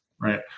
Right